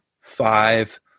five